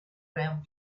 round